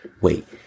Wait